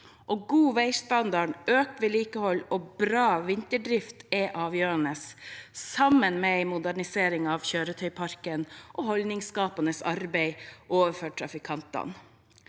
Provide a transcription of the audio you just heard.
God veistandard, økt vedlikehold og bra vinterdrift er avgjørende, sammen med en modernisering av kjøretøyparken og holdningsskapende arbeid overfor